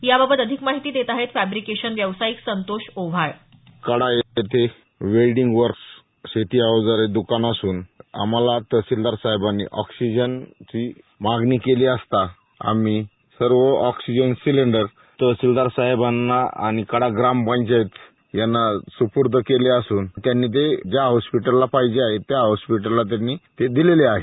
याबाबत अधिक माहिती देत आहेत फॅब्रिकेशन व्यावसायिक संतोष ओव्हाळ कडा येथे वेल्डिंग वर्क्स शेती अवजारे द्रकानं असून आम्हाला तहसीलदार साहेबांनी ऑक्सिजनची मागणी केली असता आम्ही सर्व ऑक्सिजन सिलेंडर्स तहसिलदारसाहेबांना आणि कडा ग्राम पंचायत यांना सुपूर्द केले असून त्यांनी ते ज्या हॉस्पिटलला पाहिजे त्या हॉस्पिटलला त्यांनी ते दिलेले आहेत